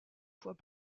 fois